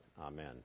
Amen